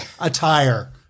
attire